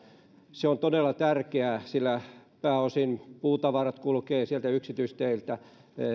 se on todella tärkeää sillä pääosin puutavarat kulkevat sieltä yksityisteiltä